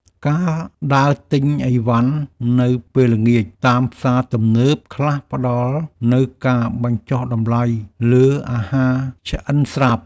ការដើរទិញឥវ៉ាន់នៅពេលល្ងាចតាមផ្សារទំនើបខ្លះផ្ដល់នូវការបញ្ចុះតម្លៃលើអាហារឆ្អិនស្រាប់។